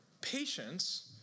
Patience